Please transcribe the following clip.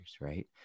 right